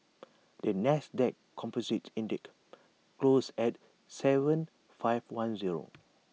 the Nasdaq composite index closed at Seven five one zero